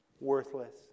worthless